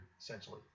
essentially